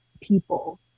people